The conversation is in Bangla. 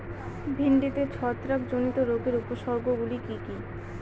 ভিন্ডিতে ছত্রাক জনিত রোগের উপসর্গ গুলি কি কী?